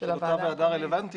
אותה ועדה רלוונטית.